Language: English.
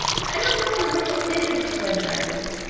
i don't know what a riddle is, said diamond.